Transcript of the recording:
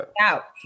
out